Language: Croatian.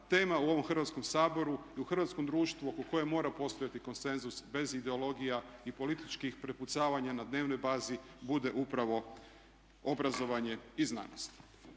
tema u ovom Hrvatskom saboru i u hrvatskom društvu oko koje mora postojati konsenzus bez ideologija i političkih prepucavanja na dnevnoj bazi bude upravo obrazovanje i znanost.